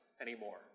anymore